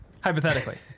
Hypothetically